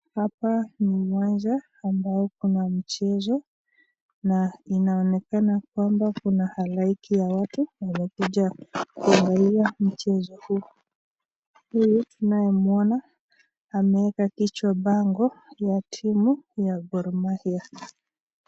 Hapa ni uwanja ambao kuna mchezo na inaonekana kwamba kuna halaiki ya watu wanakuja kuangalia mchezo huu. Huyu tunayemuona ameweka kichwa bango ya timu ya Gor Mahia.